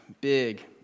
big